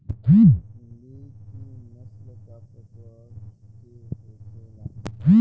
हिंदी की नस्ल का प्रकार के होखे ला?